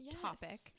topic